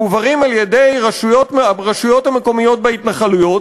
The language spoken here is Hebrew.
מועברים על-ידי הרשויות המקומיות בהתנחלויות